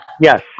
yes